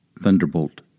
Thunderbolt